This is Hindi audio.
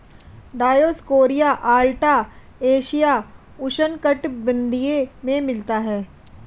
डायोस्कोरिया अलाटा एशियाई उष्णकटिबंधीय में मिलता है